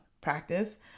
practice